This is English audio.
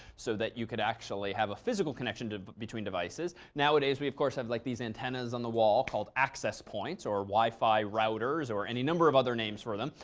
so that you could actually have a physical connection between devices. nowadays, we, of course, have like these antennas on the wall called access points, or wi-fi routers, or any number of other names for them.